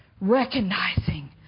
Recognizing